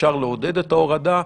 אפשר לעודד את ההורדה.